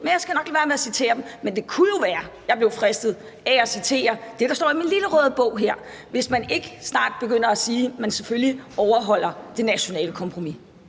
men jeg skal nok lade være med at citere fra det. Men det kunne jo være, at jeg blev fristet af at citere det, der står i min lille røde bog her, hvis man ikke snart begynder at sige, at man selvfølgelig overholder det nationale kompromis.